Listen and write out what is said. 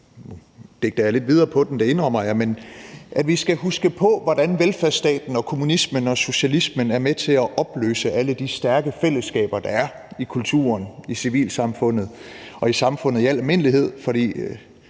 at vi skal huske på, hvordan velfærdsstaten og kommunismen og socialismen er med til at opløse alle de stærke fællesskaber, der er i kulturen, i civilsamfundet og i samfundet i al almindelighed. For